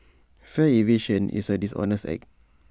fare evasion is A dishonest act